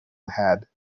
had